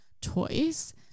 toys